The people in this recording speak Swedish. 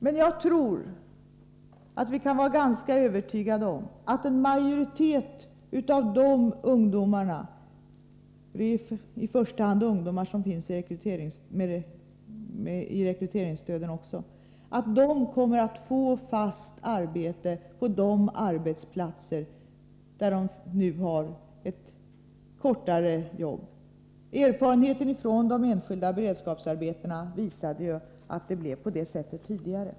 Men jag tror att vi kan vara ganska övertygade om att den majoritet av de ungdomarna — det är i första hand ungdomar som finns i rekryteringsstödssystemet också — kommer att få fast arbete på de arbetsplatser där de nu har ett kortare jobb. Erfarenheten från de enskilda beredskapsarbetena visade ju att det blev på det sättet tidigare.